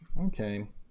Okay